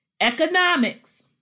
economics